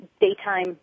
daytime